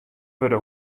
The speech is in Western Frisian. wurde